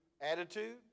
attitude